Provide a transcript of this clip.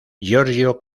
giorgio